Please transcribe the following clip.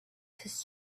his